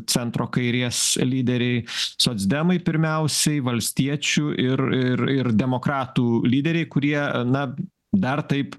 centro kairės lyderiai socdemai pirmiausiai valstiečių ir ir ir demokratų lyderiai kurie na dar taip